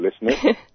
listening